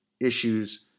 issues